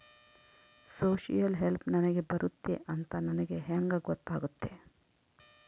Social help ನನಗೆ ಬರುತ್ತೆ ಅಂತ ನನಗೆ ಹೆಂಗ ಗೊತ್ತಾಗುತ್ತೆ?